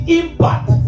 impact